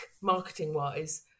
marketing-wise